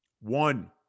One